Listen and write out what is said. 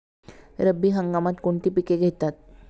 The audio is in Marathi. रब्बी हंगामात कोणती पिके घेतात?